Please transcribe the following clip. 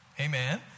Amen